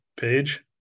page